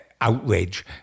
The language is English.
outrage